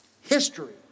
history